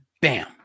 bam